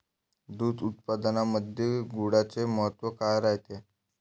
दूध उत्पादनामंदी गुळाचे महत्व काय रायते?